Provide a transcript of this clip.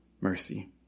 Mercy